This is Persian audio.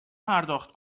پرداخت